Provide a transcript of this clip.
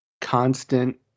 Constant